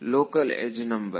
local edge number